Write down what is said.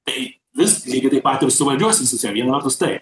tai vis lygiai taip pat ir su valdžios institucijom viena vertus taip